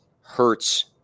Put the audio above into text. hurts